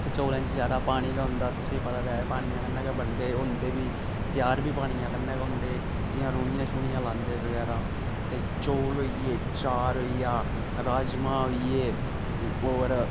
ते चोलैं च जैदा पानी गै होंदा तुसें गी पता तां ऐ कि पानियै कन्नै गै बनदे होंदे बी त्यार बी पानियै कन्नै होंदे जि'यां रूनियां शूनियां लांदे बगैरा ते चौल होई गे चार होई गेआ राजमांह् होई गे होर